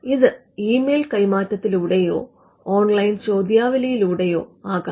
ഇത് ഇമെയിൽ കൈമാറ്റത്തിലൂടെയോ ഓൺലൈൻ ചോദ്യാവലിയിലൂടെയോ ആകാം